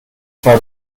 zwei